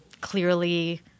clearly